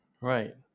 Right